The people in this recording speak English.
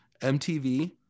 MTV